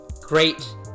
great